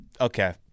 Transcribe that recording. okay